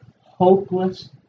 hopeless